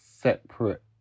separate